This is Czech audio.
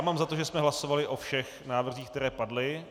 Mám za to, že jsme hlasovali o všech návrzích, které padly.